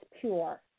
pure